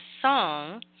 song